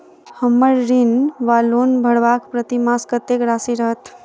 हम्मर ऋण वा लोन भरबाक प्रतिमास कत्तेक राशि रहत?